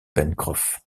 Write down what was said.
pencroff